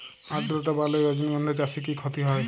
আদ্রর্তা বাড়লে রজনীগন্ধা চাষে কি ক্ষতি হয়?